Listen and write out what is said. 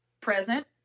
present